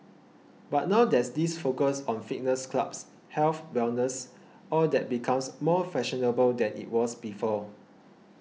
but now there's this focus on fitness clubs health wellness all that becomes more fashionable than it was before